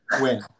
win